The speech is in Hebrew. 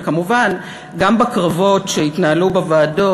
וכמובן גם בקרבות שהתנהלו בוועדות,